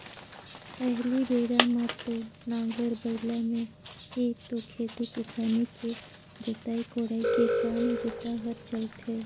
पहिली बेरा म तो नांगर बइला में ही तो खेती किसानी के जोतई कोड़ई के काम बूता हर चलथे